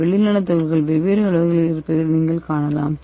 இந்த வெள்ளி நானோ துகள்கள் வெவ்வேறு அளவுகளில் இருப்பதை இங்கே காணலாம்